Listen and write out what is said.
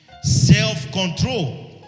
Self-control